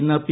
ഇന്ന് പി